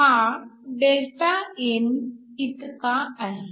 हा Δn इतका आहे